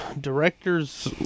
Directors